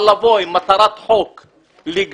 אבל לבוא עם מטרת חוק לגנוב,